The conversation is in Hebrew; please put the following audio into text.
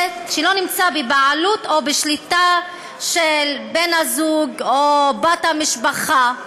בבעלות או בשליטה של בן-הזוג או בת המשפחה.